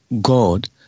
God